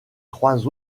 trois